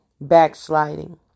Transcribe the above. Backsliding